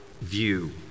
view